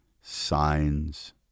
signs